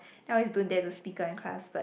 and I always don't dare to speak up in class but